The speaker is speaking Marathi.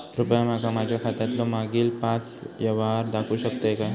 कृपया माका माझ्या खात्यातलो मागील पाच यव्हहार दाखवु शकतय काय?